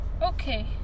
Okay